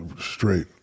straight